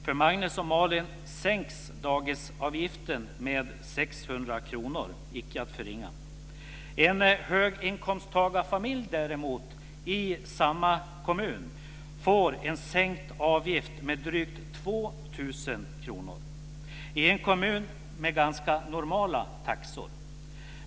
För Magnus och Malin sänks dagisavgiften med ca 600 kr, icke att förringa. En höginkomsttagarfamilj i samma kommun får en sänkt avgift med drygt 2 000 kr. Det är i en kommun med ganska normala taxor.